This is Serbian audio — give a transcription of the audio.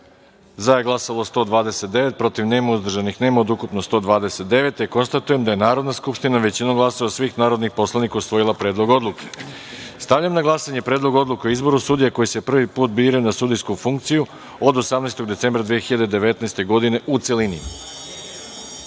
za - 129, protiv - niko, uzdržanih - nema, od ukupno 129.Konstatujem da je Narodna skupština većinom glasova svih narodnih poslanika usvojila Predlog odluke. Stavljam na glasanje Predlog odluke o izboru sudija koji se prvi put biraju na sudijsku funkciju od 18. decembra 2019. godine, u